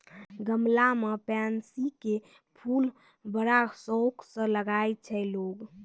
गमला मॅ पैन्सी के फूल बड़ा शौक स लगाय छै लोगॅ